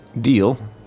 Deal